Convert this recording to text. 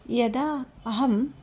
यदा अहं